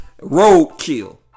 roadkill